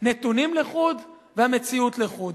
נתונים לחוד והמציאות לחוד.